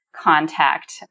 contact